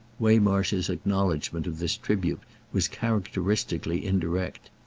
waymarsh's acknowledgement of this tribute was characteristically indirect.